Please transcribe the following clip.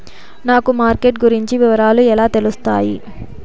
నాకు మార్కెట్ గురించి వివరాలు ఎలా తెలుస్తాయి?